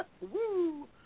Woo